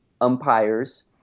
umpires